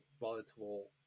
volatile